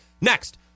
Next